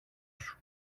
σου